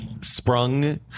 sprung